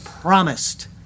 promised